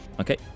okay